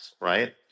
right